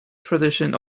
tradition